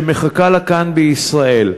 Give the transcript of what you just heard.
שמחכה לה כאן, בישראל.